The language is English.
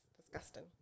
Disgusting